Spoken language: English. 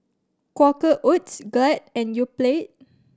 Quaker Oats Glad and Yoplait